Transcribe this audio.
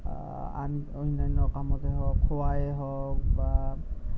আন অন্যান্য কামতে হওক খোৱাই হওক বা